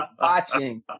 watching